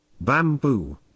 Bamboo